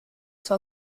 zwar